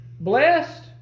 Blessed